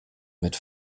mit